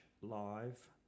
Live